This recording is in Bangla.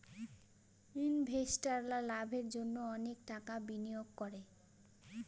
ইনভেস্টাররা লাভের জন্য অনেক টাকা বিনিয়োগ করে